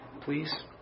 please